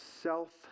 self